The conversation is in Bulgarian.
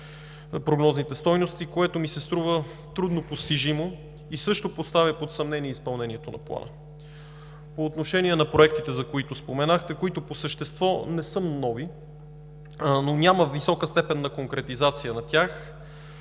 6% прогнозните стойности, което ми се струва трудно постижимо и също поставя под съмнение изпълнението на Плана. По отношение на проектите, за които споменахте, които по същество не са нови, но няма висока степен на конкретизация на тях